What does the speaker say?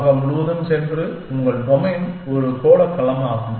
உலகம் முழுவதும் சென்று உங்கள் டொமைன் ஒரு கோள களமாகும்